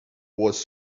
was